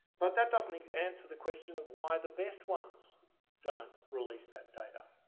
but, that doesn't like answer the question of why the best ones don't release that data.